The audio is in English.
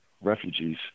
refugees